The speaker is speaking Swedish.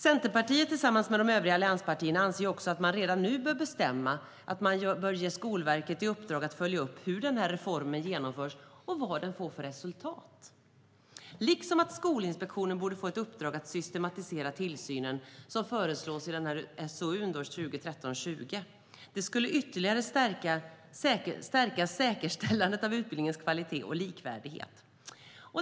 Centerpartiet tillsammans med de övriga allianspartierna anser också att man redan nu bör bestämma sig för att ge Skolverket i uppdrag att följa upp hur reformen genomförs och vad den får för resultat. Vidare bör Skolinspektionen få i uppdrag att systematisera tillsynen, som föreslås i utredningen SOU 2013:20. Detta skulle ytterligare stärka säkerställandet av utbildningens kvalitet och likvärdighet.